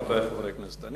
חברי חברי הכנסת,